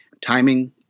timing